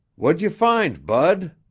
what'd you find, bud?